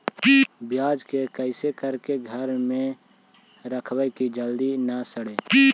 प्याज के कैसे करके घर में रखबै कि जल्दी न सड़ै?